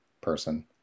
person